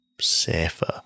safer